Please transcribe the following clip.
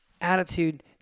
attitude